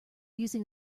using